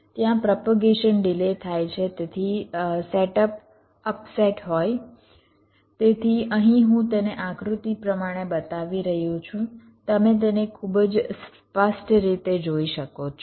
ત્યાં propagation delay થાય છે તેથી સેટઅપ અપસેટ હોય તેથી અહીં હું તેને આકૃતિ પ્રમાણે બતાવી રહ્યો છું તમે તેને ખૂબ જ સ્પષ્ટ રીતે જોઈ શકો છો